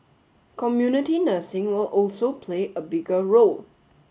community nursing will also play a bigger role